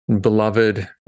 beloved